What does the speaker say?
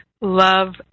love